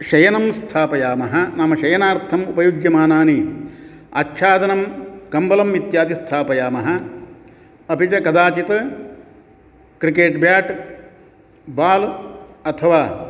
शयनं स्थापयामः मम शयनार्थं उपयोग्यमानानि आच्छादनं कम्बलम् इत्यादि स्थापयामः अपि च कदाचित् क्रिकेट् बेट् बाल् अथवा